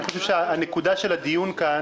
אני חושב שהנקודה של הדיון כאן,